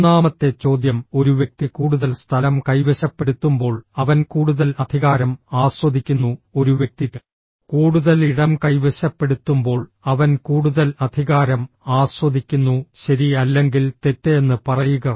മൂന്നാമത്തെ ചോദ്യം ഒരു വ്യക്തി കൂടുതൽ സ്ഥലം കൈവശപ്പെടുത്തുമ്പോൾ അവൻ കൂടുതൽ അധികാരം ആസ്വദിക്കുന്നു ഒരു വ്യക്തി കൂടുതൽ ഇടം കൈവശപ്പെടുത്തുമ്പോൾ അവൻ കൂടുതൽ അധികാരം ആസ്വദിക്കുന്നു ശരി അല്ലെങ്കിൽ തെറ്റ് എന്ന് പറയുക